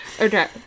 Okay